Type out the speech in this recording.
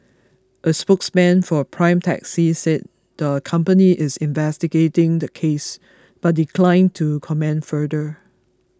a spokesman for Prime Taxi said the company is investigating the case but declined to comment further